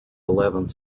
eleventh